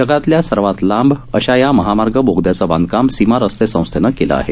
जगातल्या सर्वात लांब अशा या महामार्ग बोगद्याचं बांधकाम सीमा रस्ते संस्थेनं केलं आहे